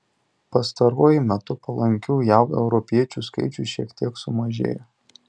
pastaruoju metu palankių jav europiečių skaičius šiek tiek sumažėjo